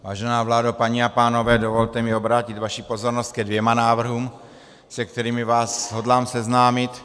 Vážená vládo, paní a pánové, dovolte mi obrátit vaši pozornost ke dvěma návrhům, se kterými vás hodlám seznámit.